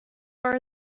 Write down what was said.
far